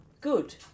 good